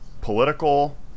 Political